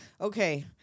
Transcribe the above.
Okay